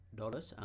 dollars